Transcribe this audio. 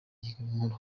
nkuru